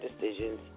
decisions